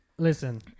Listen